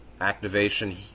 activation